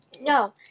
no